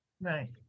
Right